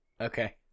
Okay